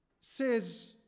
says